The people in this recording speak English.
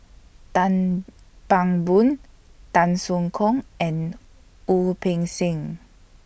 Dang Bang Boon Tan Soo Khoon and Wu Peng Seng